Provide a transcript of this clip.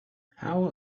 how